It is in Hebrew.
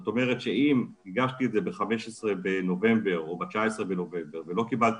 זאת אומרת שאם הגשתי את זה ב-15 בנובמבר או ב-19 בנובמבר ולא קיבלתי